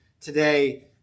today